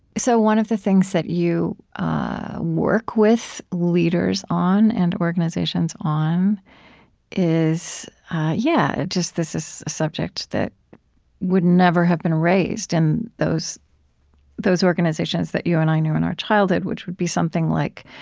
so one of the things that you work with leaders on and organizations on is yeah this subject that would never have been raised in those those organizations that you and i knew in our childhood, which would be something like,